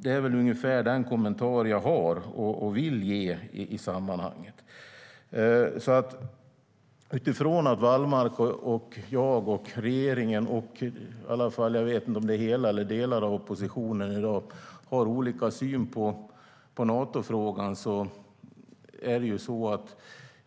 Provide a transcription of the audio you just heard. Det är ungefär den kommentar jag har och vill ge i sammanhanget. Utifrån att Wallmark, jag, regeringen och oppositionen - jag vet inte om det är hela eller delar av den i dag - har olika syn på Natofrågan